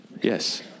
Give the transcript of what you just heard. Yes